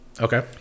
Okay